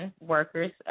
workers